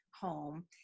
home